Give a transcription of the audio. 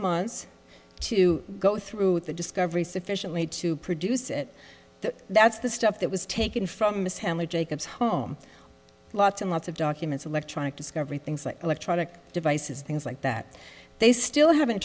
months to go through the discovery sufficiently to produce it that that's the stuff that was taken from mishandling jacob's home lots and lots of documents electronic discovery things like electronic devices things like that they still haven't